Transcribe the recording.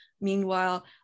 Meanwhile